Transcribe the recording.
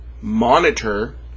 monitor